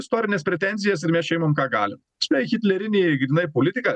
istorines pretenzijas ir mes čia imam ką galim čia hitlerinė grynai politika